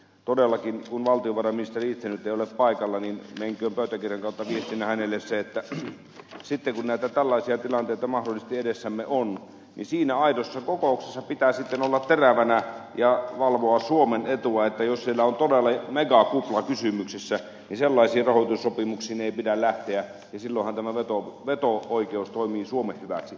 todellakin kun valtiovarainministeri itse nyt ei ole paikalla menköön pöytäkirjan kautta viestinä hänelle se että sitten kun tällaisia tilanteita mahdollisesti edessämme on niin siinä aidossa kokouksessa pitää sitten olla terävänä ja valvoa suomen etua niin että jos siellä on todella megakupla kysymyksessä niin sellaisiin rahoitussopimuksiin ei pidä lähteä ja silloinhan tämä veto oikeus toimii suomen hyväksi